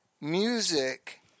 music